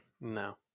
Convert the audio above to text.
no